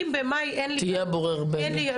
אם במאי --- תהיה אתה הבורר, בני.